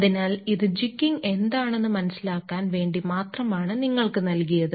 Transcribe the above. അതിനാൽ ഇത് ജിഗ്ഗിംഗ് എന്താണെന്നു മനസിലാക്കാൻ വേണ്ടി മാത്രമാണ് നിങ്ങൾക്ക് നൽകിയത്